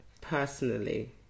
personally